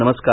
नमस्कार